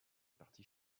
parties